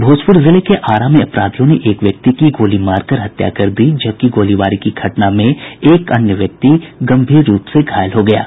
भोजपुर जिले के आरा में अपराधियों ने एक व्यक्ति की गोली मार कर हत्या कर दी जबकि गोलीबारी की घटना में एक अन्य व्यक्ति घायल हुआ है